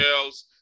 girls